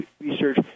research